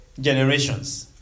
generations